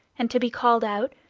and to be called out,